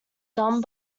done